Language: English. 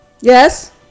Yes